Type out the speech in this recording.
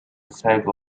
sago